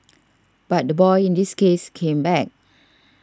but the boy in this case came back